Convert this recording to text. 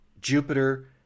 Jupiter